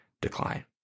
decline